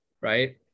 right